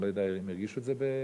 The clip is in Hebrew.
אני לא יודע אם הרגישו בבית-שאן.